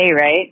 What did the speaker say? right